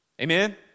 Amen